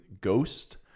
Ghost